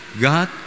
God